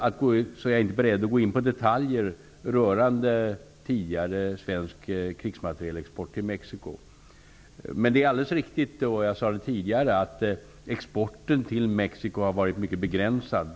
Det gäller i denna fråga som i alla andra frågor som rör krigsmateriel, av skäl som Bengt Hurtig känner till. Det är alldeles riktigt -- jag sade det tidigare -- att exporten till Mexico har varit mycket begränsad.